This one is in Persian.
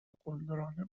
قلدرانه